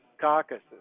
caucuses